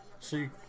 see.